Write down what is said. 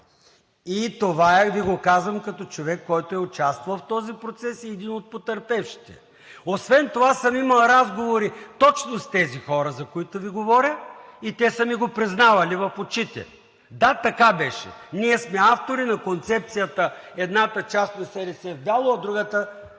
и това Ви го казвам като човек, който е участвал в този процес и е един от потърпевшите. Освен това съм имал разговори точно с тези хора, за които Ви говоря, и те са ми го признавали в очите: „Да, така беше, ние сме автори на концепцията „едната част на СДС в бяло, а другата